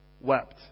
wept